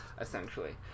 essentially